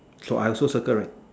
so I also circle right